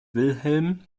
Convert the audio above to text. wilhelm